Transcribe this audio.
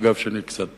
אגב, שאני קצת